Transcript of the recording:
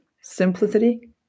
simplicity